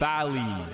Valley